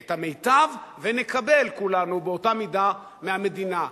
את המיטב ונקבל כולנו באותה מידה מהמדינה.